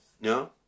No